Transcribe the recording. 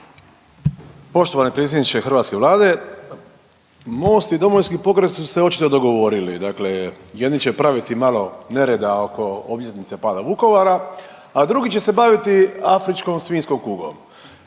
Poštovani predsjedniče hrvatske Vlade, MOST i Domovinski pokret su se očito dogovorili, dakle jedni će praviti malo nerada oko obljetnice pada Vukovara, a drugi će se baviti afričkom svinjskom kugom,